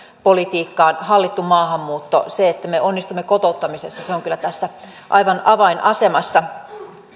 politiikkaa hallittu maahanmuutto se että me onnistumme kotouttamisessa on kyllä tässä aivan avainasemassa